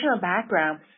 background